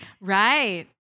Right